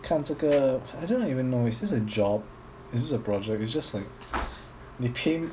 看这个 I don't even know is this a job is this a project it's just like they pay me